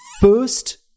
first